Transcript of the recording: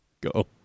Go